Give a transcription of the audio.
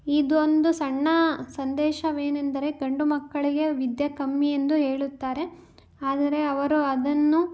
ಇದೊಂದು ಸಣ್ಣ ಸಂದೇಶವೇನೆಂದರೆ ಗಂಡು ಮಕ್ಕಳಿಗೆ ವಿದ್ಯೆ ಕಮ್ಮಿ ಎಂದು ಹೇಳುತ್ತಾರೆ ಆದರೆ ಅವರು ಅದನ್ನು